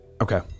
Okay